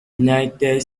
united